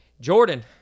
Jordan